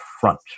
front